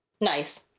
Nice